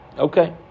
Okay